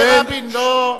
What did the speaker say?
רק שרבין לא,